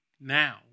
now